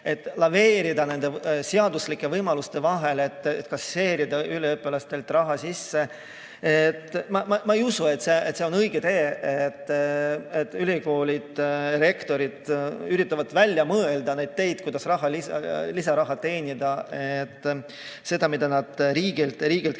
et laveerida nende seaduslike võimaluste vahel kasseerida üliõpilastelt raha sisse. Ma ei usu, et see on õige, et ülikoolide rektorid üritavad välja mõelda teid, kuidas lisaraha teenida, seda, mida nad riigilt kätte